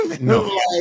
No